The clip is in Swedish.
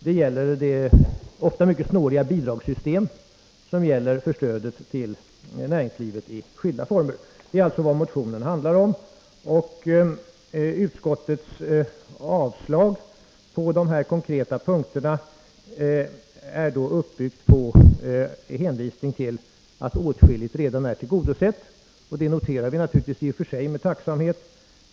Det gäller de ofta mycket snåriga bidragssystem som gäller för olika former av stöd till näringslivet. Det är alltså vad motionen handlar om. Utskottets avslag på dessa konkreta punkter är uppbyggt på en hänvisning till att åtskilligt redan är tillgodosett. Det noterar vi i och för sig med tacksamhet.